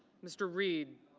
mr. reed.